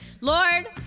Lord